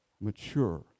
mature